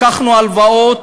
לקחנו הלוואות,